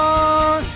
on